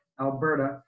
Alberta